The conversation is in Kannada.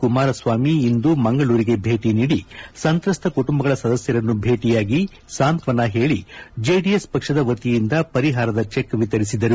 ಕುಮಾರಸ್ವಾಮಿ ಇಂದು ಮಂಗಳೂರಿಗೆ ಭೇಟಿ ನೀಡಿ ಸಂತ್ರಸ್ತ ಕುಟುಂಬಗಳ ಸದಸ್ಯರನ್ನು ಭೇಟಿಯಾಗಿ ಸಾಂತ್ವನ ಹೇಳಿ ಜೆಡಿಎಸ್ ಪಕ್ಷದ ವತಿಯಿಂದ ಪರಿಹಾರ ಚೆಕ್ ವಿತರಿಸಿದರು